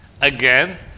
again